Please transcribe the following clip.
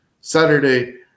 Saturday